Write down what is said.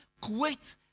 quit